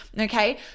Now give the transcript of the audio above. Okay